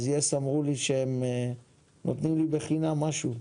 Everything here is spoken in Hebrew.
את יס אמור לי שהם נותנים לי בחינם משהו.